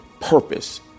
purpose